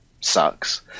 sucks